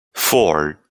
four